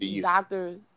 doctors